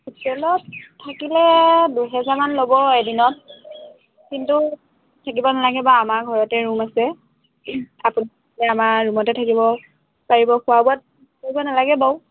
হোটেলত থাকিলে দুহেজাৰমানান ল'ব এদিনত কিন্তু থাকিব নালাগে বাৰু আমাৰ ঘৰতে ৰুম আছে আপুনি আমাৰ ৰুমতে থাকিব পাৰিব খোৱা বোৱাত কৰিব নালাগে বাৰু